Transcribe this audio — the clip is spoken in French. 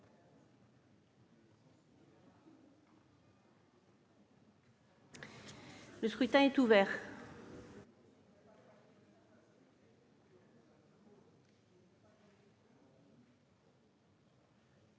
Le scrutin est ouvert.